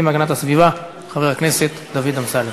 והגנת הסביבה חבר הכנסת דוד אמסלם.